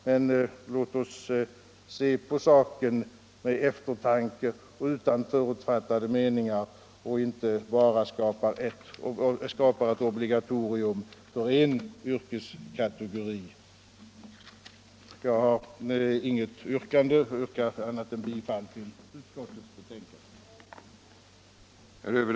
Men låt oss se på saken med eftertanke och utan förutfattade meningar och inte bara skapa ett obligatorium för en yrkeskategori! Jag har inget annat yrkande än bifall till utskottets hemställan.